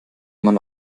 man